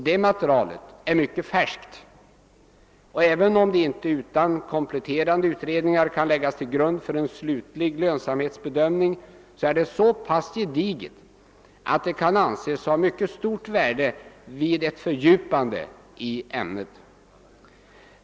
Detia material är mycket färskt, och även om det inte utan kompletterande utredningar kan läggas till grund för en slutlig lönsamhetsbedömning är det så pass gediget att det kan anses ha mycket stort värde vid ett fördjupande i ämnet.